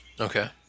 Okay